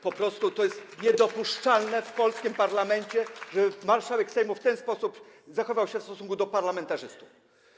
Po prostu to jest niedopuszczalne w polskim parlamencie, żeby marszałek Sejmu w ten sposób zachowywał się w stosunku do parlamentarzystów.